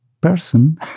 person